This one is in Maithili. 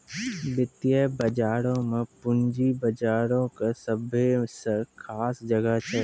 वित्तीय बजारो मे पूंजी बजारो के सभ्भे से खास जगह छै